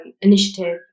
initiative